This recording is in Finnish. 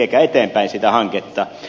viekää eteenpäin sitä hanketta